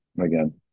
Again